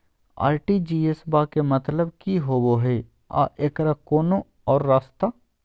RTGS बा के मतलब कि होबे हय आ एकर कोनो और रस्ता?